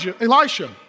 Elisha